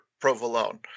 Provolone